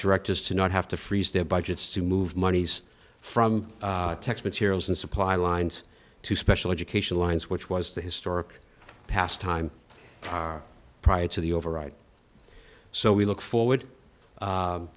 direct us to not have to freeze their budgets to move monies from text materials and supply lines to special education lines which was the historic past time prior to the overwrite so we look forward